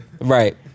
right